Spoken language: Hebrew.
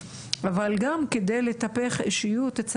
אבל גם על מנת לטפח את האישיות של אותם הילדים